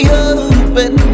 open